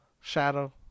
Shadow